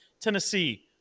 Tennessee